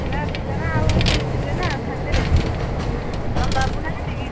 ଆଉ ଯିବେ ନା ସେମିତି ରେ ସାଙ୍ଗରେ ତମ ବାବୁ ନାହାନ୍ତି କି